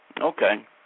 okay